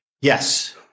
Yes